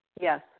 Yes